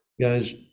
Guys